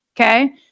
Okay